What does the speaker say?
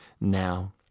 now